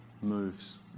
moves